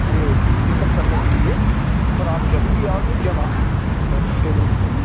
یہ pick up کرنے کے ليے سر آپ جبھى بھى آؤ گے جب آپ پیمنٹ